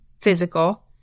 physical